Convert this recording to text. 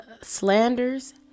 slanders